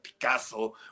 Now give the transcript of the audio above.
Picasso